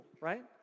right